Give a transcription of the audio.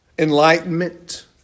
enlightenment